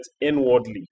inwardly